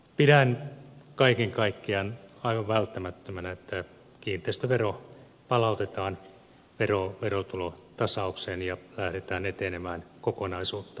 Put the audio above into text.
pidän kaiken kaikkiaan aivan välttämättömänä että kiinteistövero palautetaan verotulotasaukseen ja lähdetään etenemään kokonaisuutta katsoen paremmin